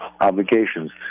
obligations